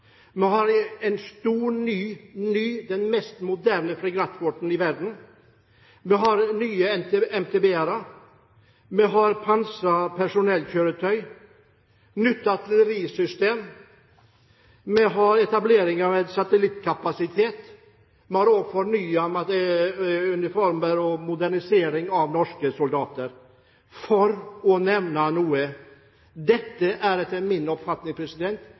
i Ungarn. Vi har en stor, ny – den mest moderne – fregattflåten i verden. Vi har nye MTB-er. Vi har pansrede personellkjøretøy. Vi har nytt artillerisystem. Vi har etablering av en satellittkapasitet. Vi har også fornyet norske soldaters uniformer og foretatt modernisering av materiell – for å nevne noe. Det er etter min oppfatning